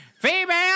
Female